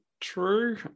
true